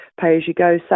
pay-as-you-go